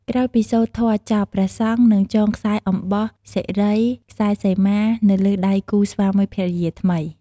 ក្រោយពីសូត្រធម៌ចប់ ព្រះសង្ឃនឹងចងខ្សែអំបោះសិរី ខ្សែសីមា នៅលើកដៃគូស្វាមីភរិយាថ្មី។